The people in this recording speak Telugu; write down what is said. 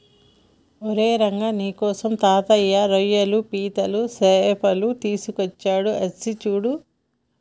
ఓరై రంగ నీకోసం తాతయ్య రోయ్యలు పీతలు సేపలు తీసుకొచ్చాడు అచ్చి సూడు